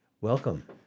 Welcome